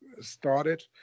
started